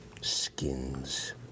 Skins